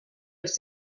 els